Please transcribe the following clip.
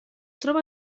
troba